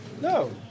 No